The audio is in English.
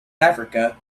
africa